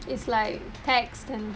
it's like taxed and